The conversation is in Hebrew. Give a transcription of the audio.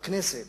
בכנסת